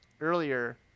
earlier